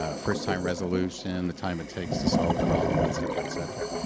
ah first time resolution, the time it takes to solve a problem, et cetera, et cetera.